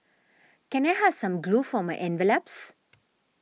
can I have some glue for my envelopes